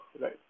right